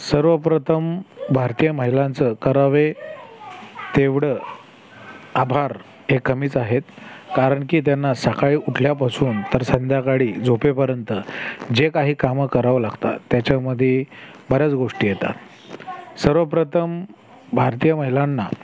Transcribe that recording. सर्वप्रथम भारतीय महिलांचं करावे तेवढं आभार हे कमीच आहेत कारण की त्यांना सकाळी उठल्यापसून तर संध्याकाडी झोपेपर्यंत जे काही कामं करावं लागतात त्याच्यामध्ये बऱ्याच गोष्टी येतात सर्वप्रथम भारतीय महिलांना